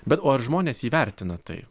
bet o ar žmonės įvertina tai